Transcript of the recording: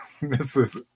Mrs